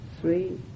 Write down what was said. three